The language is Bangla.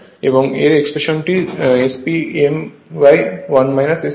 এবং এর এক্সপ্রেশনটি SP m1 S হবে